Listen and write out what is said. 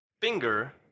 finger